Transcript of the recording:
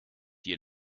die